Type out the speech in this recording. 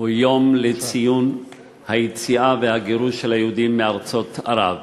הוא יום ציון היציאה והגירוש של היהודים מארצות ערב.